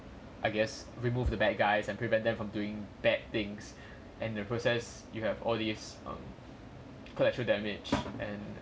I guess remove the bad guys and prevent them from doing bad things and in the process you have all these um collateral damage and